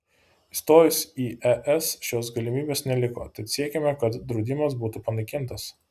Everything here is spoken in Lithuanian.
įstojus į es šios galimybės neliko tad siekiame kad draudimas būtų panaikintas